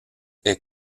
est